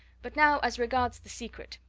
but now as regards the secret.